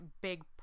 big